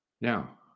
Now